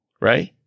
Right